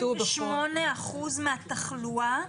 48% מהתחלואה?